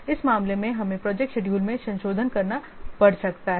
इस मामले में हमें प्रोजेक्ट शेडूल में संशोधन करना पड़ सकता है